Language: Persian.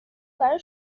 برای